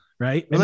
right